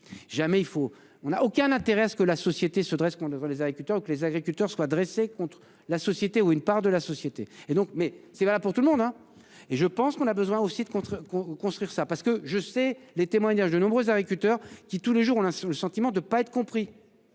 on n'a aucun intérêt à ce que la société se dresse, qu'on ne les agriculteurs que les agriculteurs soient dressés contre la société ou une part de la société et donc mais c'est pas pour tout le monde. Et je pense qu'on a besoin aussi de montrer qu'on construire ça parce que je sais, les témoignages de nombreux agriculteurs qui tous les jours, on a le sentiment de pas être compris.